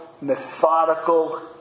Methodical